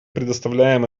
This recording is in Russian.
представляем